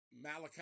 Malachi